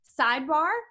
sidebar